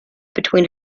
between